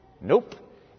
Nope